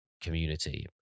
community